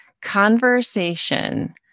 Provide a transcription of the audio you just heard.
conversation